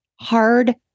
hard